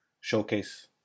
showcase